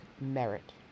merit